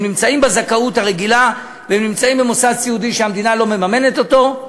הם נמצאים בזכאות הרגילה והם נמצאים במוסד סיעודי שמדינה לא מממנת אותו.